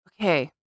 okay